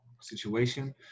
situation